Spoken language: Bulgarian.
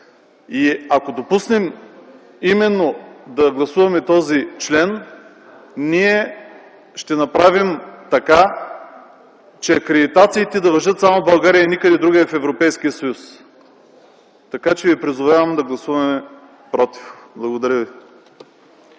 Ако допуснем да гласуваме този член, ще направим така, че акредитациите да важат само в България и никъде другаде в Европейския съюз, затова ви призовавам да гласуваме „против”. Благодаря ви.